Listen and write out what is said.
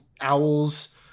owls